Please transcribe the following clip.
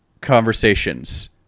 conversations